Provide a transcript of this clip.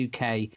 UK